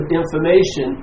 information